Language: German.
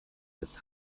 des